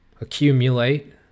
Accumulate